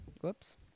Whoops